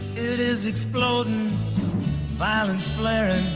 it is exploding violence flaring,